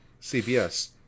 CBS